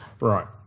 Right